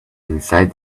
inside